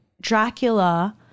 Dracula